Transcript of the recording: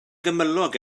gymylog